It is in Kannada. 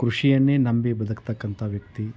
ಕೃಷಿಯನ್ನೇ ನಂಬಿ ಬದುಕತಕ್ಕಂಥ ವ್ಯಕ್ತಿ